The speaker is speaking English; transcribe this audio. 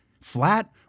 flat